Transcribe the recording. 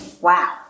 Wow